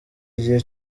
igihe